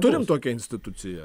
turim tokią instituciją